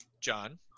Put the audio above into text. John